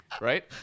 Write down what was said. Right